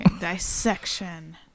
Dissection